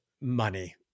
money